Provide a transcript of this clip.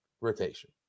rotation